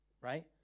right